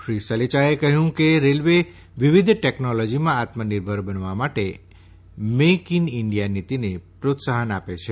શ્રી સલેયાએ કહ્યું કે રેલ્વે વિવિધ ટેકનોલોજીમાં આત્મનિર્ભર બનવા માટે મેઈડ ઈન ઈન્ડિયા નીતીને પ્રોત્સાહન આપે છે